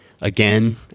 again